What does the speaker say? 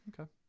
Okay